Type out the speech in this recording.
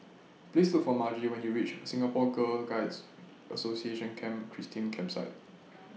Please Look For Margy when YOU REACH Singapore Girl Guides Association Camp Christine Campsite